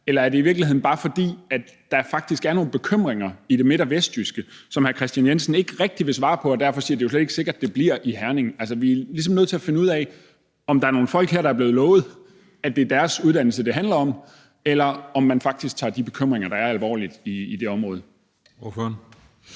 Eller er det i virkeligheden bare, fordi der faktisk er nogle bekymringer i det midt- og vestjyske, som hr. Kristian Jensen ikke rigtig vil svare på og derfor siger, at det jo slet ikke er sikkert, at det bliver i Herning? Altså, vi er ligesom nødt til at finde ud af, om der her er nogle folk, der er blevet lovet, at det er deres uddannelse, det handler om, eller om man faktisk tager de bekymringer, der er i det område, alvorligt.